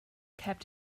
kept